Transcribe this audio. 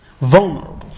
vulnerable